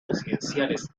presidenciales